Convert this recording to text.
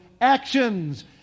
actions